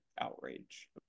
outrage